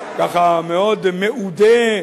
ככה מאוד מאודה,